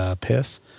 piss